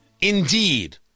Indeed